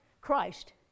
Christ